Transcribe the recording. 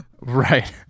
Right